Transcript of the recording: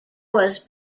was